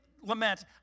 lament